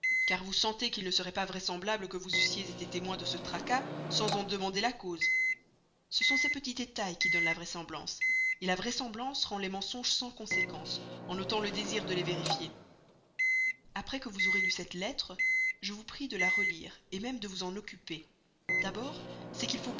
car vous sentez qu'il ne serait pas vraisemblable que vous eussiez été témoin de ce tracas sans en demander la cause ce sont ces petits détails qui donnent la vraisemblance la vraisemblance rend les mensonges sans conséquence en ôtant le désir de les vérifier après que vous aurez lu cette lettre je vous prie de la relire même de vous en occuper d'abord c'est qu'il faut